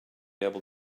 able